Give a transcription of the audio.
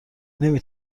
نمی